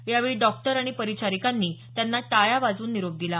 यावेळी डॉक्टर आणि परिचारिकांनी त्यांना टाळ्या वाजून निरोप दिला